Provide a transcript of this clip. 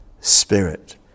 Spirit